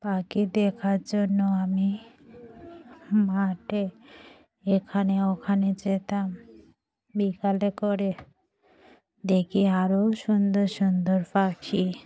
পাখি দেখার জন্য আমি মাঠে এখানে ওখানে যেতাম বিকালে করে দেখি আরও সুন্দর সুন্দর পাখি